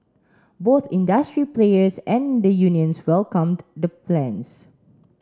both industry players and the unions welcomed the plans